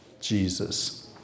Jesus